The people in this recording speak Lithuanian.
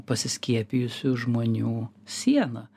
pasiskiepijusių žmonių siena